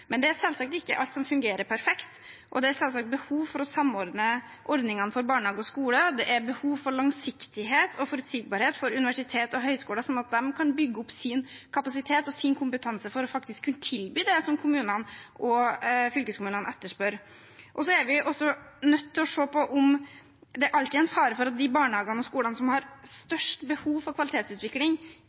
Men det er selvsagt ikke alt som fungerer perfekt, og det er selvsagt behov for å samordne ordningene for barnehager og skoler, og det er behov for langsiktighet og forutsigbarhet for universiteter og høyskoler, slik at de kan bygge opp sin kapasitet og sin kompetanse for faktisk å kunne tilby det som kommunene og fylkeskommunene etterspør. Det er alltid en fare for at de barnehagene og skolene som har størst behov for kvalitetsutvikling,